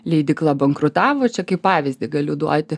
leidykla bankrutavo čia kaip pavyzdį galiu duoti